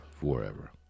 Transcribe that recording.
forever